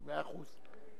מאה אחוז.